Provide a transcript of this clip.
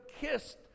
kissed